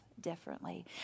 differently